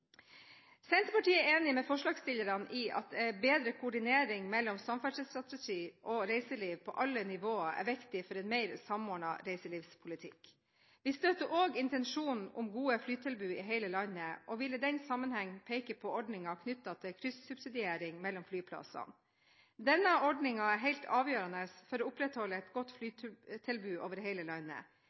Senterpartiet er enig med forslagstillerne i at bedre koordinering mellom samferdselsstrategi og reiseliv på alle nivåer er viktig for en mer samordnet reiselivspolitikk. Vi støtter også intensjonen om gode flytilbud i hele landet, og vil i den sammenheng peke på ordningen knyttet til kryssubsidiering mellom flyplassene. Denne ordningen er helt avgjørende for å opprettholde et godt flytilbud over hele landet.